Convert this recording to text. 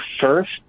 first